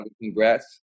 congrats